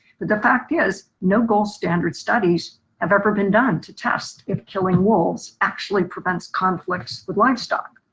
but the fact is no gold standard studies have ever been done to test if killing wolves actually prevents conflicts with livestock.